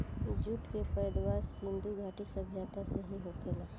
jute के पैदावार सिधु घाटी सभ्यता से ही होखेला